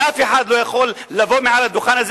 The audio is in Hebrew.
ואף אחד לא יכול לטעון מעל הדוכן הזה